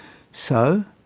so,